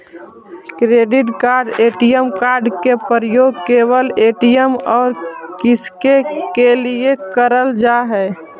Credit card ATM card के उपयोग केवल ए.टी.एम और किसके के लिए करल जा है?